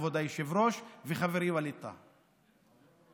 כבוד היושב-ראש וחברי ווליד טאהא.